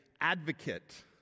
advocate